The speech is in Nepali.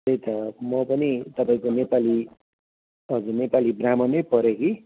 त्यही त म पनि तपाईँको नेपाली हजुर नेपाली ब्राह्मण नै परेँ कि